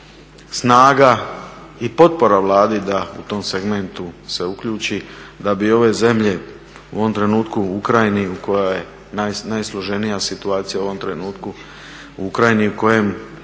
snaga i potpora Vladi da u tom segmentu se uključi da bi ove zemlje u ovom trenutku u Ukrajini koja je u najsloženijoj situaciji u ovom trenutku, u Ukrajini kada